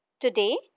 Today